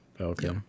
Okay